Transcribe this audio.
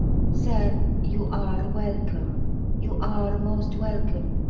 sir, you are welcome you are most welcome,